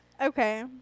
Okay